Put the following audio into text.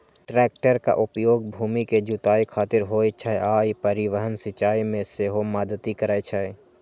टैक्टरक उपयोग भूमि के जुताइ खातिर होइ छै आ ई परिवहन, सिंचाइ मे सेहो मदति करै छै